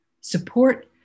support